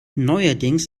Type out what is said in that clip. neuerdings